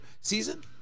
season